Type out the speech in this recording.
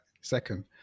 Second